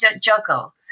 juggle